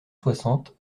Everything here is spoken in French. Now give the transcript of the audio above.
soixante